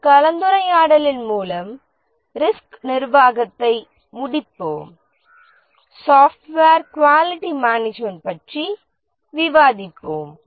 இந்த கலந்துரையாடலின் மூலம் ரிஸ்க் நிர்வாகத்தை முடிப்போம் சாப்ட்வேர் குவாலிட்டி மேனேஜ்மென்ட் பற்றி விவாதிப்போம்